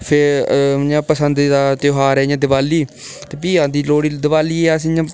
इ'यां फे पसंदीदा ध्यार ऐ इ'यां दिवाली ते भी औंदी लोह्ड़ी ते दिवालियै ई अस इ'यां